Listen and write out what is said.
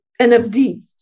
NFD